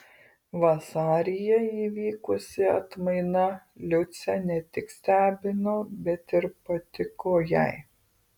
vasaryje įvykusi atmaina liucę ne tik stebino bet ir patiko jai